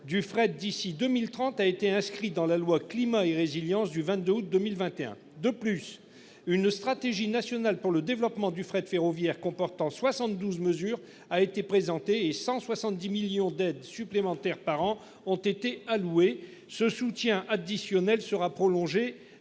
du fret d'ici 2030 a été inscrit dans la loi climat et résilience du 22 août 2021. De plus, une stratégie nationale pour le développement du fret ferroviaire comportant 72 mesure a été présenté et 170 millions d'aide supplémentaires par an ont été alloués. Ce soutien additionnel sera prolongé